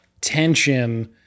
tension